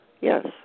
Yes